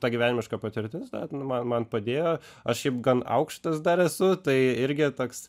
ta gyvenimiška patirtis dar nu man man padėjo aš šiaip gan aukštas dar esu tai irgi toks